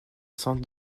cents